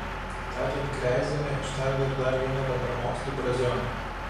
tądien kreizienė ištardė ir dar vieną bendramokslį brazionį